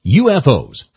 ufos